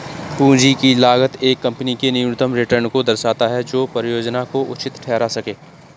पूंजी की लागत एक कंपनी के न्यूनतम रिटर्न को दर्शाता है जो परियोजना को उचित ठहरा सकें